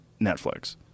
Netflix